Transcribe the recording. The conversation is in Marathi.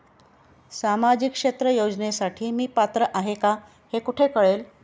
सामाजिक क्षेत्र योजनेसाठी मी पात्र आहे का हे कुठे कळेल?